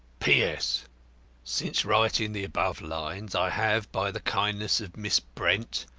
p. s since writing the above lines, i have, by the kindness of miss brent,